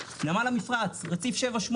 נמל המפרץ, רציף 7-8,